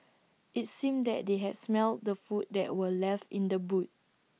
IT seemed that they had smelt the food that were left in the boot